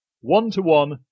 One-to-one